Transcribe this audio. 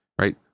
right